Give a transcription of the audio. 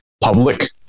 Public